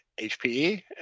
hpe